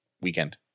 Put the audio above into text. weekend